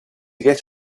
get